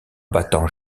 battant